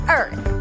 earth